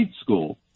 school